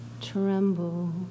tremble